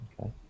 Okay